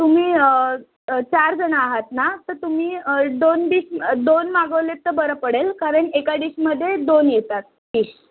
तुम्ही चारजणं आहात ना तर तुम्ही दोन डिश दोन मागवलेत तर बरं पडेल कारण एका डिशमध्ये दोन येतात फिश